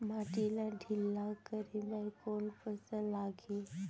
माटी ला ढिल्ला करे बर कोन मशीन लागही?